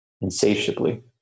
insatiably